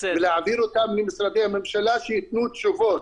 ולהעביר אותן ממשרדי הממשלה שיתנו תשובות.